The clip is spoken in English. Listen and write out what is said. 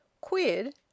Quid